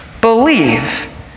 believe